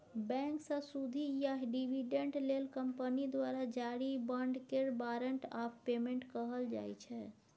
बैंकसँ सुदि या डिबीडेंड लेल कंपनी द्वारा जारी बाँडकेँ बारंट आफ पेमेंट कहल जाइ छै